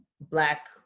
black